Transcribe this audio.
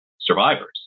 survivors